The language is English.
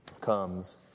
comes